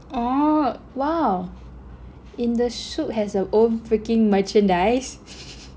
oh !wow! in the SOOP has a own freaking merchandise